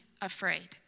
afraid